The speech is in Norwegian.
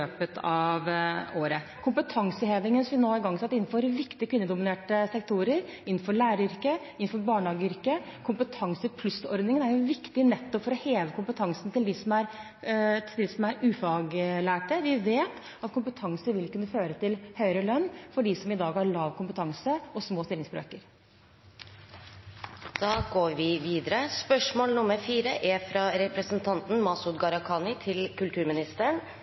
av året. Vi har kompetansehevingen som vi nå har igangsatt innenfor viktige kvinnedominerte sektorer – innenfor læreryrket, innenfor barnehageyrket. Kompetansepluss-ordningen er viktig nettopp for å heve kompetansen hos dem som er ufaglærte. Vi vet at kompetanse vil kunne føre til høyere lønn for dem som i dag har lav kompetanse og små stillingsbrøker.